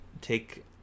take